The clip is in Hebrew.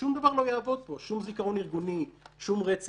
שום דבר לא יעבוד פה, שום זיכרון ארגוני, שום רצף,